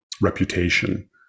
reputation